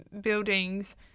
buildings